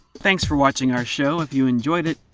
thanks for watching our show, if you enjoyed it,